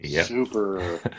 super